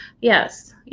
Yes